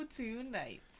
tonight